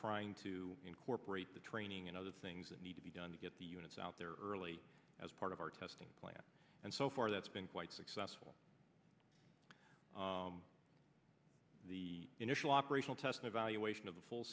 trying to incorporate the training and other things that need to be done to get the units out there early as part of our testing plan and so far that's been quite successful the initial operational test evaluation of the full